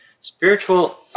Spiritual